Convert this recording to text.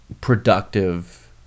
productive